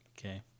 okay